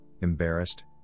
embarrassed